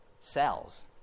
cells